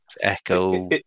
Echo